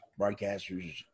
broadcasters